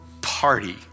party